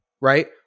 right